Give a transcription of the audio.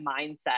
mindset